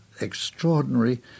extraordinary